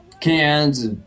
cans